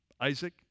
Isaac